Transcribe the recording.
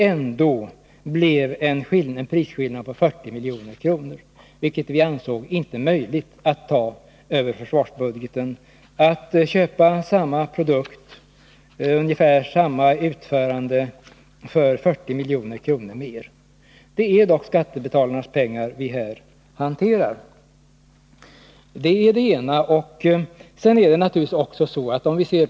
Ändå blev det en prisskillnad på 40 milj.kr. Att köpa samma produkt med ungefär samma utförande för ca 40 milj.kr. mer ansåg vi inte möjligt. Det är dock skattebetalarnas pengar som vi hanterar.